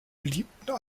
beliebten